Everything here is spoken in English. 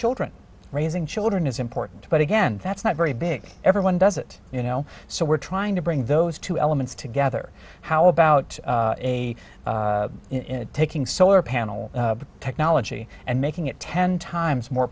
children raising children is important but again that's not very big everyone does it you know so we're trying to bring those two elements together how about a taking solar panel technology and making it ten times more